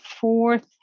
fourth